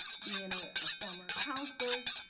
bein' a ah former counselor,